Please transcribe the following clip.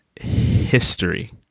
history